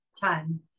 time